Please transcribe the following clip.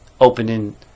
opening